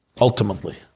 Ultimately